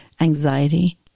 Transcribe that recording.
Anxiety